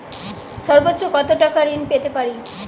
সর্বোচ্চ কত টাকা ঋণ পেতে পারি?